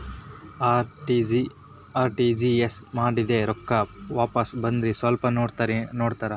RTGS ಮಾಡಿದ್ದೆ ರೊಕ್ಕ ವಾಪಸ್ ಬಂದದ್ರಿ ಸ್ವಲ್ಪ ನೋಡ್ತೇರ?